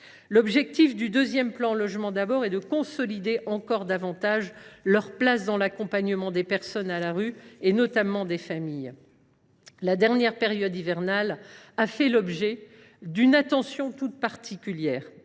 L’objectif du deuxième plan Logement d’abord est de consolider encore davantage leur place dans l’accompagnement des personnes à la rue et, notamment, des familles. La dernière période hivernale a fait l’objet d’une attention toute particulière.